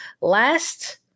Last